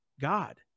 god